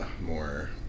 more